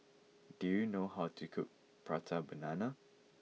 do you know how to cook Prata Banana